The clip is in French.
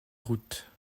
routes